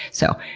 so,